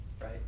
right